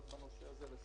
רק עוד הערה לנושא הדיון.